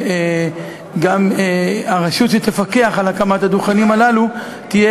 וגם יפקח על הקמת הדוכנים הללו יהיה